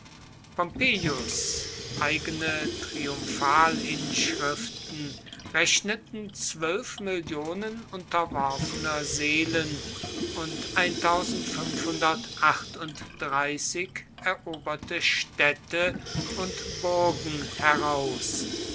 eigene triumphalinschriften rechneten unterworfener seelen und eroberte städte und burgen heraus